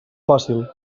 fàcil